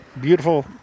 beautiful